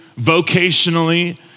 vocationally